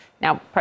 Now